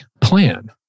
plan